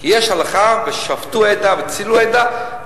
כי יש הלכה: "ושפטו עדה והצילו עדה",